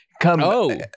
come